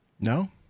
no